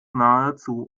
nahezu